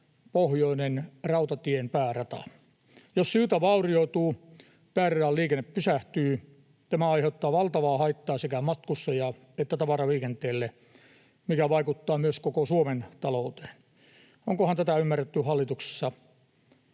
etelä—pohjoinen-rautatien päärata. Jos silta vaurioituu, pääradan liikenne pysähtyy, ja tämä aiheuttaa valtavaa haittaa sekä matkustaja- että tavaraliikenteelle, mikä vaikuttaa myös koko Suomen talouteen. Onkohan tätä ymmärretty hallituksessa?